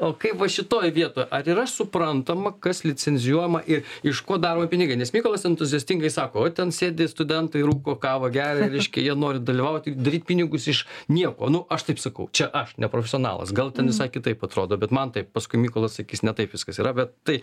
o kaip va šitoj vietoj ar yra suprantama kas licenzijuojama ir iš ko daromi pinigai nes mykolas entuziastingai sako va ten sėdi studentai rūko kavą geria reiškia jie nori dalyvaut ir daryt pinigus iš nieko nu aš taip sakau čia aš neprofesionalas gal ten visai kitaip atrodo bet man taip paskui mykolas sakys ne taip viskas yra bet tai